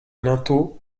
linteau